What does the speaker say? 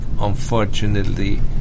unfortunately